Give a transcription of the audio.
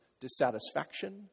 dissatisfaction